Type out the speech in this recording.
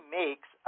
makes